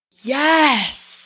Yes